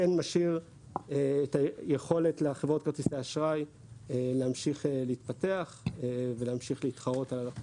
כן נשאיר את היכולת --- כרטיסי אשראי להמשיך להתפתח ולהמשיך להתחרות.